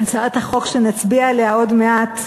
הצעת החוק שנצביע עליה עוד מעט.